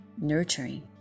nurturing